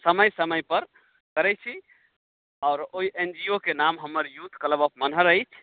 समय समय पर करैत छी आओर ओहि एन जी ओ के नाम हमर यूथ क्लब ऑफ मनहर अछि